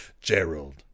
Gerald